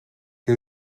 que